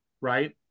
right